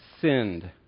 sinned